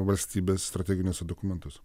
valstybės strateginiuose dokumentuose